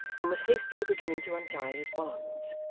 and was hastily beginning to untie his bonds.